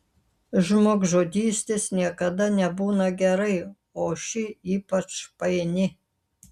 žmogžudystės niekada nebūna gerai o ši ypač paini